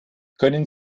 können